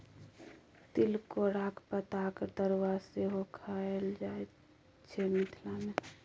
तिलकोराक पातक तरुआ सेहो खएल जाइ छै मिथिला मे